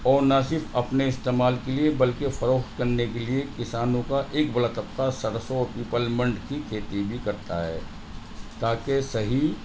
اور نہ صرف اپنے استعمال کے لیے بلکہ فروخت کرنے کے لیے کسانوں کا ایک بڑا طبقہ سرسوں پپل منڈ کی کھیتی بھی کرتا ہے تاکہ صحیح